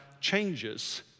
changes